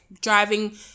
driving